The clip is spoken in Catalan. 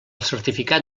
certificat